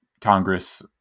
Congress